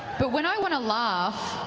but when i want to laugh,